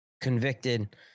convicted